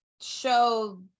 show